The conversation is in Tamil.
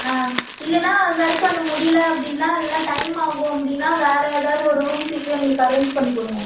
ஆ இல்லைன்னா சரி பண்ண முடியல அப்படின்னா இல்லைன்னா டைமாகும் அப்படின்னா வேறு எதாவது ஒரு ரூம் சீக்கிரம் எங்களுக்கு அரேஞ்ச் பண்ணி கொடுங்க